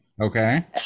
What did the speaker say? okay